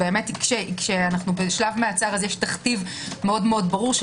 כשאנו בשלב מעצר יש תכתיב מאוד ברור,